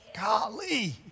Golly